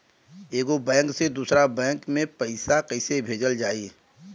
एगो बैक से दूसरा बैक मे पैसा कइसे भेजल जाई?